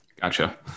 Gotcha